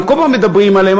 אנחנו כל הזמן מדברים עליהם,